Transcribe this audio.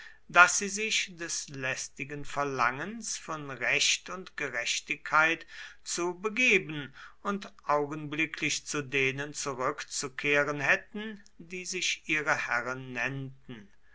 daß sie sich des lästigen verlangens von recht und gerechtigkeit zu begeben und augenblicklich zu denen zurückzukehren hätten die sich ihre herren nennten